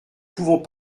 pouvons